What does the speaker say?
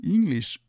English